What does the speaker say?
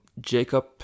Jacob